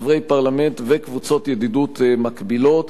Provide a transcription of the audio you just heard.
חברי פרלמנט וקבוצות ידידות מקבילות,